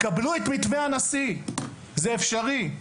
קבלו את מתווה הנשיא, זה אפשרי,